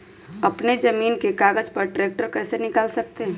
अपने जमीन के कागज पर ट्रैक्टर कैसे निकाल सकते है?